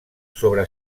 sobre